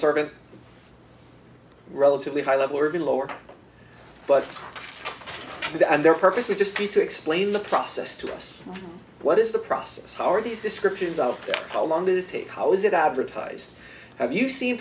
servant relatively high level or even lower but the and their purpose would just be to explain the process to us what is the process how are these descriptions out there how long did it take how is it advertised have you seen